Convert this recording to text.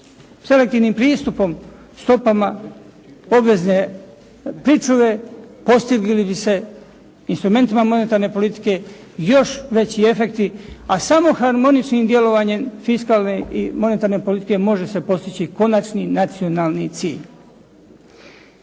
selektivnim pristupom stopama obvezne pričuve, postigli bi se instrumentima monetarne politike još veći efekti, a samo harmoničnim djelovanjem fiskalne i monetarne politike može se postići konačni nacionalni cilj.